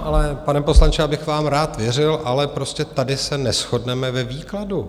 Ale pane poslanče, já bych vám rád věřil, ale prostě tady se neshodneme ve výkladu.